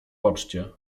poczcie